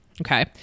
okay